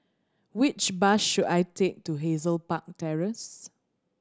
which bus should I take to Hazel Park Terrace